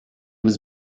was